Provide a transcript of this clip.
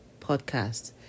podcast